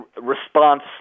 response